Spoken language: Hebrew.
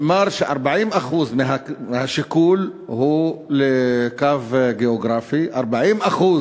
נאמר ש-40% מהשיקול הוא קו גיאוגרפי, 40%